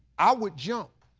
i would jump.